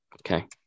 Okay